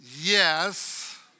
Yes